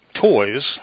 toys